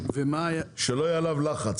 שלא יהיה עליו לחץ.